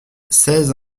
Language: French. seize